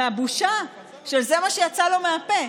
מהבושה שזה מה שיצא לו מהפה,